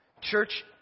Church